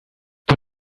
the